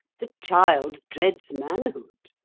the child dreads manhood.